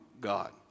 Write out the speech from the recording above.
God